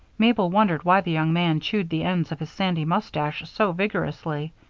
mabel wondered why the young man chewed the ends of his sandy mustache so vigorously.